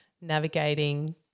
navigating